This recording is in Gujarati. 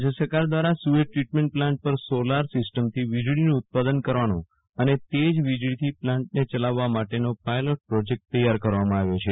રાજ્ય સરકાર દ્વારા સુ એઝ દ્રીટમેન્ટ પ્લાન્ટ પર સોલાર સિસ્ટમથી વીજળીનું ઉત્પાદન કરવાનો અને તે જ વીજળીથી પ્લાન્ટને યલાવવા માટેનો પાયલોટ પ્રોજેક્ટ તૈયાર કરવામાં આવ્યો છે